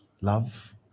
Love